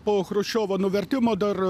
po chruščiovo nuvertimo dar